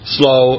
slow